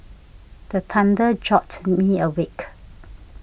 the thunder jolt me awake